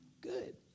good